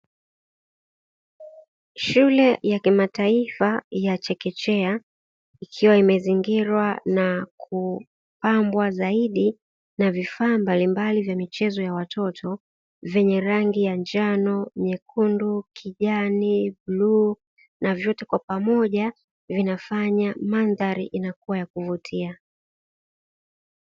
Shule ya kimataifa ya chekechea ikiwa imezingirwa na kupambwa zaidi na vifaa mbalimbali vya michezo ya watoto, vyenye rangi ya njano, nyekundu, kijani, bluu na vyote kwa pamoja vinafanya mandhari inakuwa ya kuvutia.